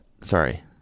Sorry